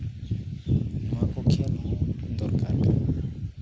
ᱱᱚᱣᱟ ᱠᱚ ᱠᱷᱮᱞ ᱦᱚᱸ ᱫᱚᱨᱠᱟᱨ ᱠᱟᱱᱟ